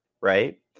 Right